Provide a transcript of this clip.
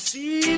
See